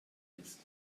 ist